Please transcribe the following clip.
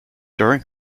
during